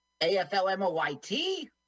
a-f-l-m-o-y-t